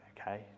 okay